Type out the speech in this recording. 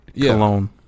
Cologne